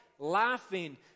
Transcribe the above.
laughing